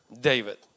David